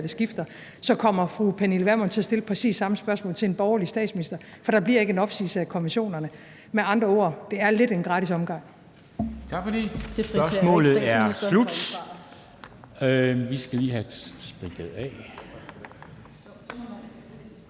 skifter, så kommer fru Pernille Vermund til at stille præcis samme spørgsmål til en borgerlig statsminister, for der bliver ikke en opsigelse af konventionerne. Med andre ord: Det er lidt en gratis omgang.